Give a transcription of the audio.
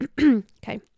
okay